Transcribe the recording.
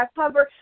cover